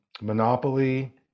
monopoly